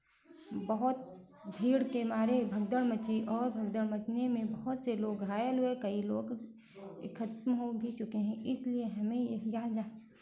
बहुत भीड़ के मारे भगदड़ मची और भगदड़ मचने में बहुत से लोग घायल हुए कई लोग ये खत्म हो भी चुके हैं इसलिए हमें यह यह जान